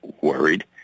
worried